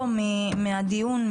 אתה חורג פה מהדיון,